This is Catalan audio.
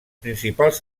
principals